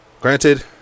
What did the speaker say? Granted